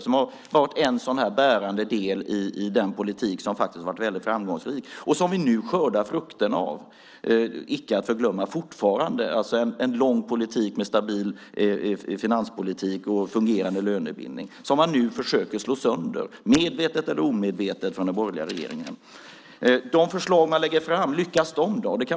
Det har varit en bärande del i den politik som har varit väldigt framgångsrik och som vi, icke att förglömma, fortfarande skördar frukterna av, alltså en politik med stabil finanspolitik och fungerande lönebildning som den borgerliga regeringen nu försöker slå sönder, medvetet eller omedvetet. Lyckas man då med de förslag som man lägger fram? Det kan man fundera på.